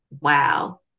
wow